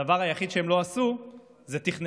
הדבר היחיד שהם לא עשו זה לחשוב על העתיד.